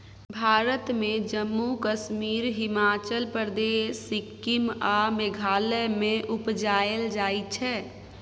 भारत मे जम्मु कश्मीर, हिमाचल प्रदेश, सिक्किम आ मेघालय मे उपजाएल जाइ छै